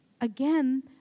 Again